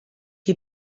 you